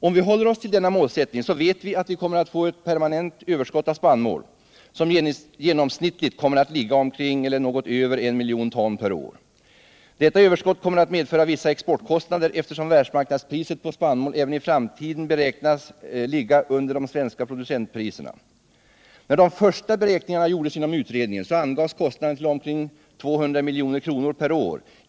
Om vi håller oss till denna målsättning, så vet vi att vi kommer att få ett permanent överskott av spannmål, som genomsnittligt kommer att ligga omkring eller något över 1 miljon ton per år. Detta överskott = Nr 54 kommer att medföra vissa exportkostnader, eftersom världsmarknadspri Fredagen den set på spannmål även i framtiden beräknas ligga under de svenska pro 16 december 1977 ducentpriserna. När de första beräkningarna gjordes inom utredningen = angavs kostnaden till omkring 200 milj.kr. per år.